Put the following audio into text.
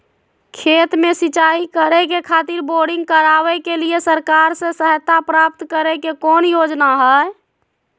खेत में सिंचाई करे खातिर बोरिंग करावे के लिए सरकार से सहायता प्राप्त करें के कौन योजना हय?